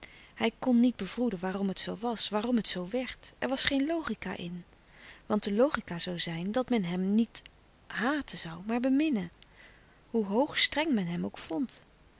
hij kon niet bevroeden waarom het zoo was waarom het zoo werd er was geen logica in want de logica zoû zijn dat men hem niet haten zoû maar beminnen hoe hoog streng men hem ook vond